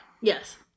Yes